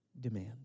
demand